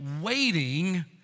waiting